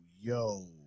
yo